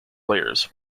layers